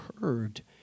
heard